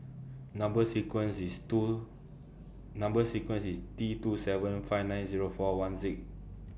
Number sequence IS two Number sequence IS T two seven five nine Zero four one Z